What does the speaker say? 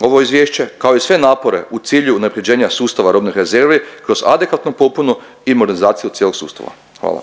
ovo izvješće, kao i sve napore u cilju unaprjeđenja sustava robnih rezervi kroz adekvatnu popunu i modernizaciju cijelog sustava, hvala.